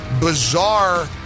bizarre